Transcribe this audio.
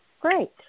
Great